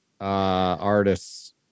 artists